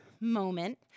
moment